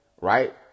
right